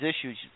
issues